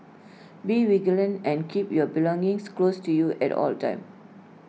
be vigilant and keep your belongings close to you at all the times